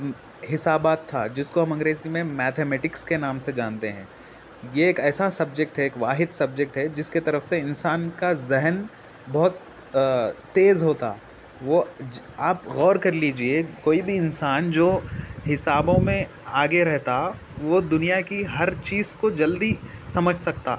حسابات تھا جس کو ہم انگریزی میں میتیھمیٹکس کے نام سے جانتے ہیں یہ ایک ایسا سبجیکٹ ہے ایک واحد سبجیکٹ ہے جس کے طرف سے انسان کا ذہن بہت تیز ہوتا وہ آپ غور کر لیجیے کوئی بھی انسان جو حسابوں میں آگے رہتا وہ دنیا کی ہر چیز کو جلدی سمجھ سکتا